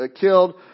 killed